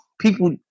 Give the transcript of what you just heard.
people